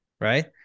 right